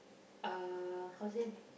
uh how say